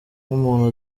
nk’umuntu